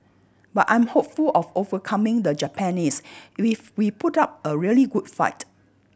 but I'm hopeful of overcoming the Japanese if we put up a really good fight